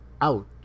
out